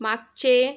मागचे